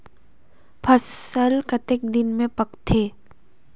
फसल कतेक दिन मे पाकथे?